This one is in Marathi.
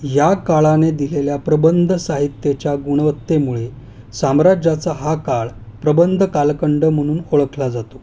या काळाने दिलेल्या प्रबंध साहित्याच्या गुणवत्तेमुळे साम्राज्याचा हा काळ प्रबंध कालखंड म्हणून ओळखला जातो